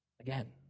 Again